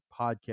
podcast